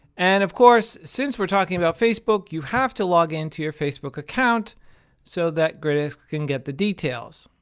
and, of course, since we're talking about facebook, you have to log into your facebook account so that grytics can get the details.